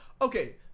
okay